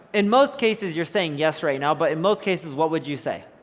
in most cases, you're saying yes right now, but in most cases, what would you say?